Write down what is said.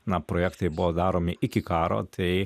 na projektai buvo daromi iki karo tai